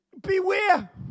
beware